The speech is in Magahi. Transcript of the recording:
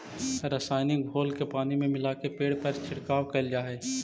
रसायनिक घोल के पानी में मिलाके पेड़ पर छिड़काव कैल जा हई